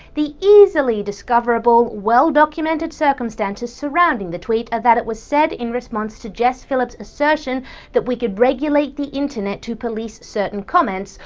the easily discoverable, well documented circumstances surrounding the tweet are that it was said in response to jess phillips assertion that we should regulate the internet to police certain comments,